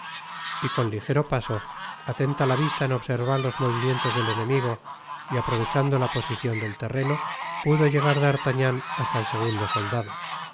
y con ligero paso atenta la vista en observar los movimientos del enemigo y aprovechando la posicion del terreno pudo llegar d'artagnan hasta el segundo soldado